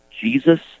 Jesus